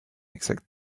except